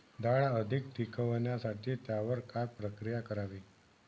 डाळ अधिक टिकवण्यासाठी त्यावर काय प्रक्रिया करावी?